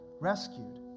rescued